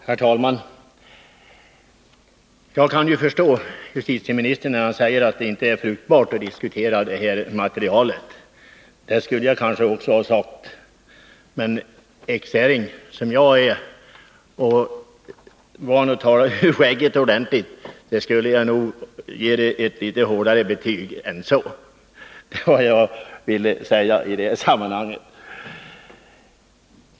Herr talman! Jag kan förstå justitieministern när han säger att det inte är fruktbart att diskutera det här materialet. Det skulle kanske jag också ha sagt, men ekshäring som jag är och van att tala ur skägget ordentligt skulle jag ge det ett litet hårdare betyg än så. Det var vad jag ville säga i det sammanhanget.